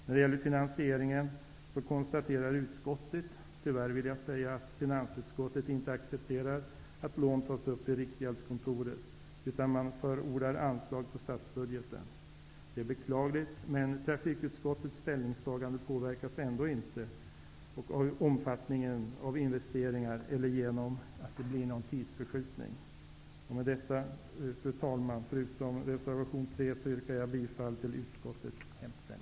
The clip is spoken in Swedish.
När det gäller finansieringen konstaterar utskottet, tyvärr, att finansutskottet inte accepterar att lån tas upp i Riksgäldskontoret, utan man förordar anslag via statsbudgeten. Det är beklagligt, men trafikutskottets ställningstagande påverkar ändå inte omfattningen av investeringarna eller ger någon tidsförskjutning. Fru talman! Jag yrkar, förutom bifall till reservation